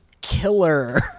killer